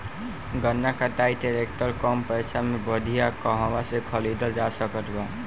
गन्ना कटाई ट्रैक्टर कम पैसे में बढ़िया कहवा से खरिदल जा सकत बा?